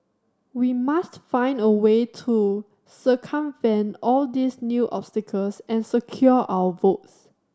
we must find a way to circumvent all these new obstacles and secure our votes